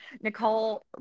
nicole